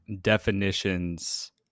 definitions